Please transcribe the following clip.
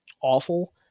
awful